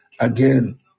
again